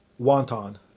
Wonton